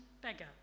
beggar